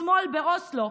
בדיוק כמו השמאל באוסלו,